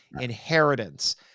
inheritance